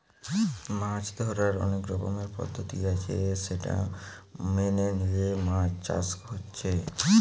মাছ ধোরার অনেক রকমের পদ্ধতি আছে সেটা মেনে লিয়ে মাছ চাষ হচ্ছে